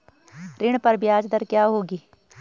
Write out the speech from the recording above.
ऋण पर ब्याज दर क्या होगी?